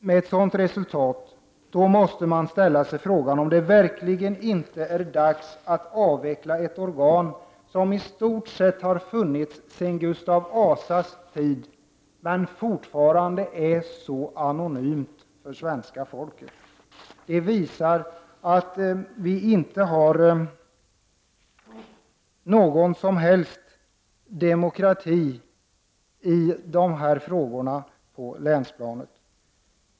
Med ett sådant resultat måste man ställa sig frågan om det verkligen inte är dags att avveckla ett organ som i stort sett har funnits sedan Gustav Vasas tid men som fortfarande är så anonymt för svenska folket. Det visar att vi inte har någon som helst demokrati på länsplanet.